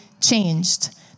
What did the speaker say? changed